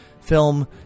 film